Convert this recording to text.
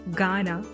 Ghana